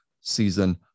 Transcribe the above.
season